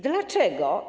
Dlaczego?